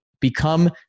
become